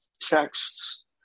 texts